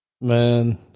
Man